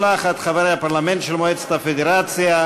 חברי המשלחת חברי הפרלמנט של מועצת הפדרציה,